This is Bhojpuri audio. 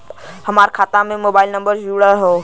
हमार खाता में मोबाइल नम्बर जुड़ल हो?